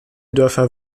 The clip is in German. dörfer